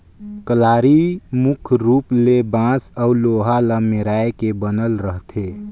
कलारी मुख रूप ले बांस अउ लोहा ल मेराए के बनल रहथे